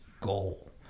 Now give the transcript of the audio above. goal